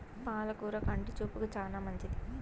పాల కూర కంటి చూపుకు చానా మంచిది